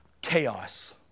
chaos